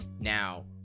Now